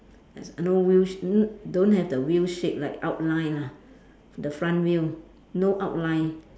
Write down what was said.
as i~ no wheel sh~ n~ don't have the wheel shape like outline ah the front wheel no outline